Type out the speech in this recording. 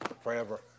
forever